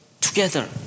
together